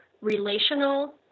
relational